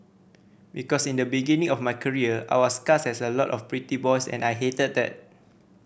because in the beginning of my career I was cast as a lot of pretty boys and I hated that